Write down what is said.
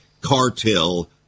Cartel